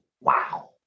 wow